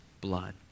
blood